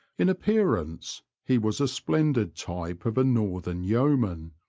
in appearance he was a splendid type of a northern yeoman,